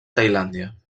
tailàndia